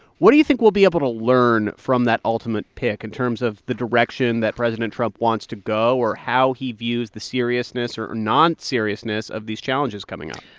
what do you think we'll be able to learn from that ultimate pick in terms of the direction that president trump wants to go or how he views the seriousness or non-seriousness of these challenges coming up?